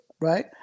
right